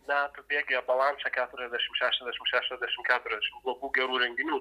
na tu bėgyje balansą keturiasdešimt šešiasdešimt šešiasdešimt keturiasdešimt blogų gerų renginių